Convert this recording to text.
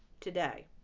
today